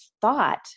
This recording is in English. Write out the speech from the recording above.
thought